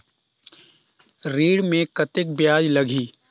ऋण मे कतेक ब्याज लगही?